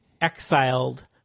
exiled